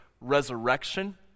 resurrection